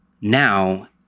now